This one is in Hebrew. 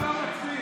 למה הוא לא מפסיק?